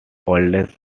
oldest